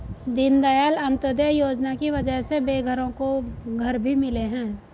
दीनदयाल अंत्योदय योजना की वजह से बेघरों को घर भी मिले हैं